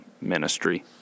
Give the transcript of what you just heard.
ministry